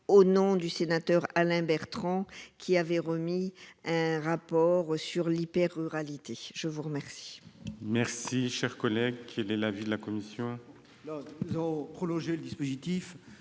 au nom du sénateur Alain Bertrand, qui avait remis un rapport sur l'hyper-ruralité. Quel